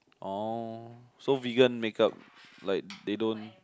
orh so vegan makeup like they don't